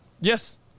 Yes